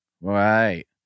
Right